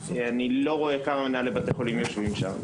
אני לא רואה כמה מנהלי בתי חולים יושבים שם.